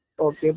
Okay